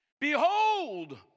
Behold